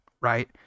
right